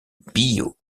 bio